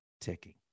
ticking